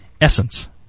essence